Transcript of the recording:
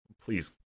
Please